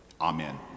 Amen